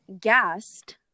gassed